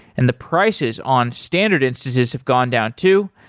and the prices on standard instances have gone down too.